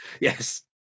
Yes